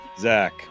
Zach